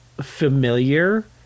familiar